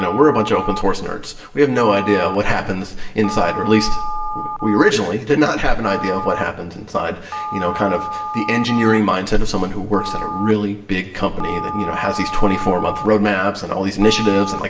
we're a bunch of open source nerds. we have no idea what happens inside, or at least we originally did not have an idea of what happens inside you know kind of the engineering mindset of someone who works in a really big company that you know has these twenty four month roadmaps and all these initiatives. and like